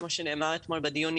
כמו שנאמר אתמול בדיון,